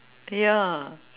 ya